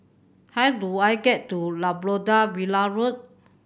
how do I get to Labrador Villa Road